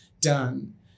done